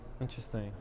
Interesting